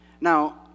Now